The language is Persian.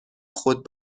خود